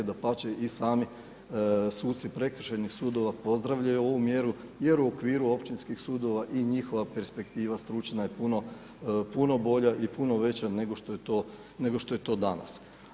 Dapače i sami suci prekršajnih sudova pozdravljaju ovu mjeru, jer u okviru općinskih sudova i njihova perspektiva stručna je puno bolja i puno veća nego što je to danas.